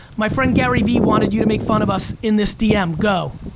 my friend gary vee wanted you to make fun of us in this dm, go.